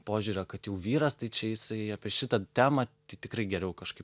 požiūrio kad jau vyras tai čia jisai apie šitą temą tai tikrai geriau kažkaip